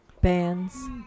bands